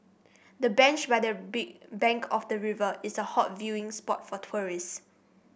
the bench by the big bank of the river is a hot viewing spot for tourists